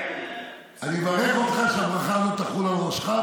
אני מברך אותך שהברכה הזאת תחול על ראשך,